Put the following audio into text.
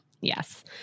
Yes